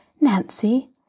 Nancy